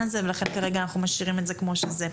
הזה ולכן כרגע אנחנו משאירים את זה כמו שזה.